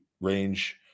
range